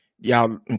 y'all